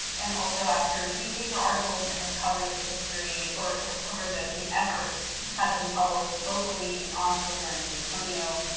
and also after newspaper articles that have covered this history or have covered the the efforts have been published locally in austin or in san antonio,